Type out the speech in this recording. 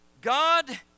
God